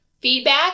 feedback